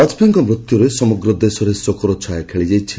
ବାଜପେୟୀଙ୍କର ମୃତ୍ୟୁରେ ସାରା ଦେଶରେ ଶୋକର ଛାୟା ଖେଳିଯାଇଛି